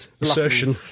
assertion